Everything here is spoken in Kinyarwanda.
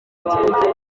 gutangira